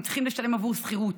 הם צריכים לשלם עבור שכירות.